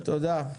תודה.